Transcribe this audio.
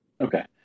okay